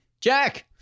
Jack